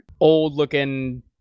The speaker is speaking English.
old-looking